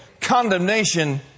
Condemnation